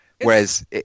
whereas